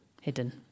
hidden